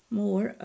more